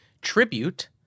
tribute